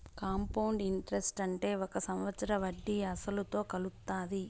compound interest అంటే ఒక సంవత్సరం వడ్డీ అసలుతో కలుత్తాది